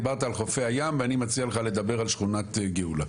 דיברת על חופי הים ואני מציע לך לדבר על שכונת גאולה.